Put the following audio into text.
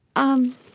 um,